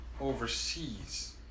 Overseas